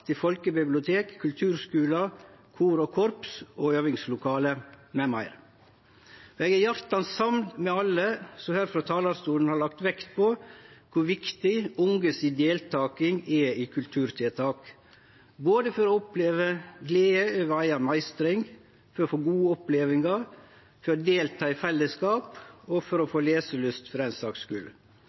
til folkebibliotek, kulturskular, kor, korps og øvingslokale m.m. Eg er hjartans samd med alle som her frå talarstolen har lagt vekt på kor viktig deltakinga til dei unge er i kulturtiltak, både for å oppleve glede over eiga meistring, for å få gode opplevingar, for å delta i fellesskap og for den saks skuld for å få leselyst. Det er ein